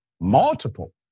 Multiple